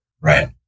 Right